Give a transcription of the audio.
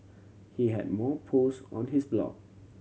he had more post on his blog